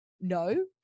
no